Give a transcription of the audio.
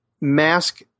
mask